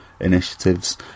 initiatives